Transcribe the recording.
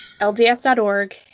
LDS.org